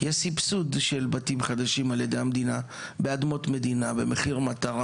יש סבסוד של בתים חדשים על ידי המדינה באדמות מדינה במחיר מטרה,